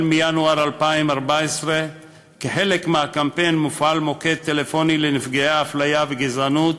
מינואר 2014. כחלק מהקמפיין מופעל מוקד טלפוני לנפגעי אפליה וגזענות,